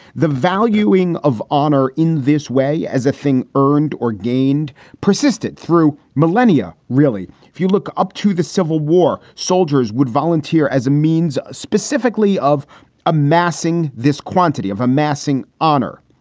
the valuing of honor in this way as a thing earned or gained persisted through millennia. really, if you look up to the civil war, soldiers would volunteer as a means specifically of amassing this quantity, of amassing honor.